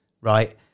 right